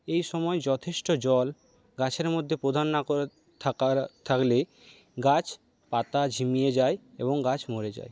এইসময় যথেষ্ট জল গাছের মধ্যে প্রধান না করে থাকা থাকলে গাছ পাতা ঝিমিয়ে যায় এবং গাছ মরে যায়